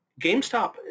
GameStop